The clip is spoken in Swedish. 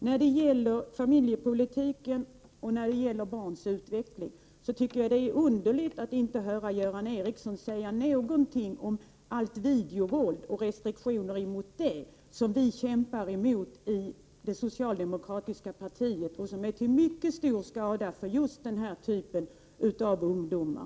När det gäller familjepolitiken och barns utveckling är det underligt att Göran Ericsson inte säger någonting om allt videovåld och alla restriktioner mot det som vi kämpar mot i det socialdemokratiska partiet och som är till mycket stor skada för just denna typ av ungdomar.